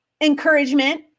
encouragement